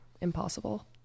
impossible